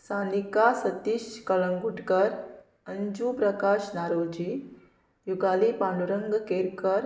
Sanika Satish Kalangutkar Anju Prakash Naroji Yugali Pandurang Kerkar